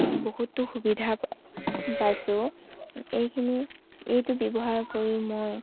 বহুতো সুবিধা পাইছোঁ এইখিনি এইটো ব্যৱহাৰ কৰি মই